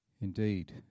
Indeed